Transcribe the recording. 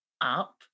up